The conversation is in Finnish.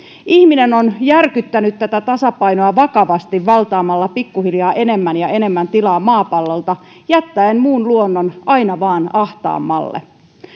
ihminen on järkyttänyt tätä tasapainoa vakavasti valtaamalla pikkuhiljaa enemmän ja enemmän tilaa maapallolta jättäen muun luonnon aina vain ahtaammalle